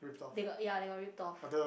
they got ya they got ripped off